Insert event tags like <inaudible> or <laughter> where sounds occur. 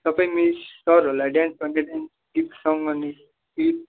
सबै मिस सरहरूलाई डान्स <unintelligible> गर्ने कि